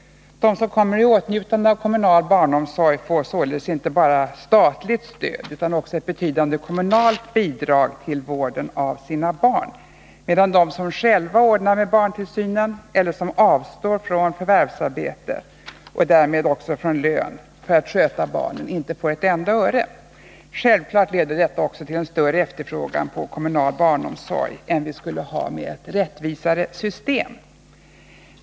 De som kommer i åtnjutande av kommunal barnomsorg får således inte bara statligt stöd utan också ett betydande kommunalt bidrag till vården av sina barn, medan de som själva ordnar med barntillsynen eller som avstår från förvärvsarbete och därmed också från lön för att sköta barnen inte får ett enda öre. Självklart leder detta till en större efterfrågan på kommunal barnomsorg än vi skulle ha med ett rättvisare system.